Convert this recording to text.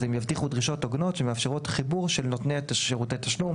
אז הם יבטיחו דרישות הוגנות שמאפשרות חיבור של נותני שירותי תשלום